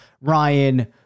Ryan